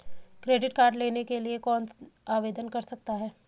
Credit card लेने के लिए कौन आवेदन कर सकता है?